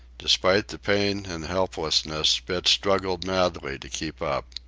despite the pain and helplessness, spitz struggled madly to keep up.